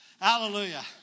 Hallelujah